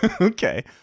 Okay